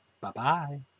Bye-bye